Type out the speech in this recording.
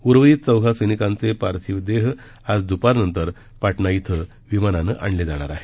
उर्वरित चौघा सत्रिकांचे पार्थिव देह आज दुपारनंतर पाटणा इथं विमानानं आणले जाणार आहेत